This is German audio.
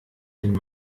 den